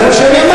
זה מה שאמרתי.